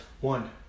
One